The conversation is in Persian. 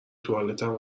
توالتم